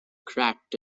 cracked